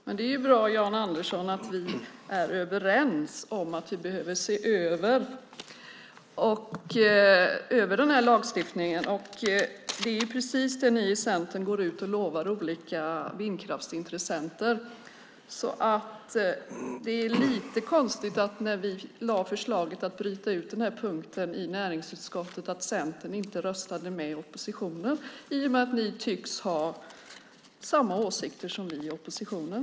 Herr talman! Det är bra, Jan Andersson, att vi är överens om att vi behöver se över den här lagstiftningen. Det är precis det ni i Centern går ut och lovar olika vindkraftsintressenter. När vi i näringsutskottet lade fram förslaget att bryta ut den här punkten röstade inte Centern med oppositionen, och det var lite konstigt i och med att ni tycks ha samma åsikter som vi i oppositionen.